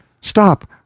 Stop